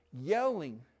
yelling